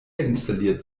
installiert